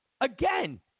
Again